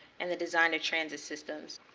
and the design of transit systems.